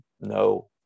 no